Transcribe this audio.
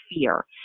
fear